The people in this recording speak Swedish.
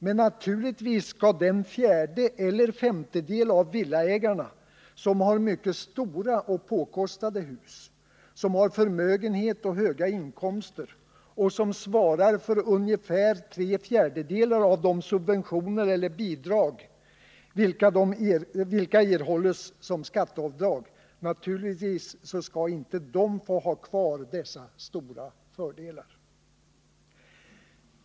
Men naturligtvis skall den fjärdeeller femtedel av villaägarna som har mycket stora och påkostade hus, som har förmögenhet och höga inkomster och som tar emot ungefär tre fjärdedelar av de subventioner eller bidrag vilka erhålles som skatteavdrag, inte få ha kvar dessa stora förmåner.